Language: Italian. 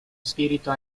spirito